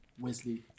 Wesley